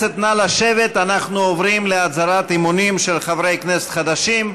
אנחנו עוברים להצהרת אמונים של חברי כנסת חדשים.